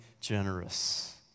generous